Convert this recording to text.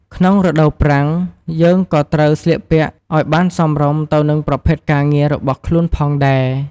ក្នុងរដូវប្រាំង យើងក៏ត្រូវស្លៀកពាក់ឲ្យបានសមរម្យទៅនឹងប្រភេទការងាររបស់ខ្លួនផងដែរ។